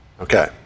okay